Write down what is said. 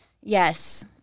Yes